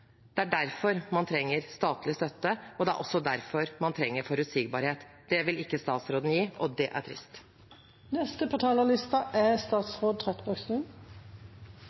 Det er derfor man trenger statlig støtte, og det er også derfor man trenger forutsigbarhet. Det vil ikke statsråden gi, og det er trist. Det pågår egentlig to debatter her i dag, som vi er